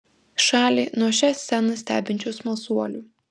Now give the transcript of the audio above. šalį nuo šią sceną stebinčių smalsuolių